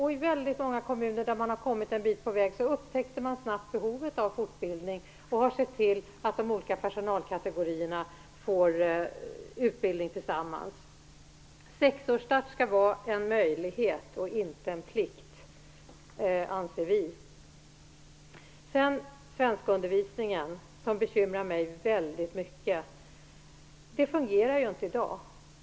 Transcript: I väldigt många kommuner där man har kommit en bit på väg upptäckte man snabbt behovet av fortbildning och har sett till att de olika personalkategorierna får utbildning tillsammans. Sexårsstart skall vara en möjlighet och inte en plikt, anser vi. Svenskundervisningen bekymrar mig väldigt mycket. Den fungerar ju inte i dag.